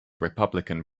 republican